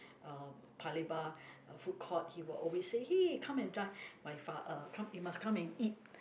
uh Paya Lebar food court he will always say hey come and join my fa~ uh come you must come and eat